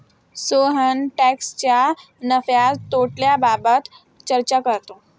सोहन टॅक्सच्या नफ्या तोट्याबाबत चर्चा करतो